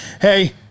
hey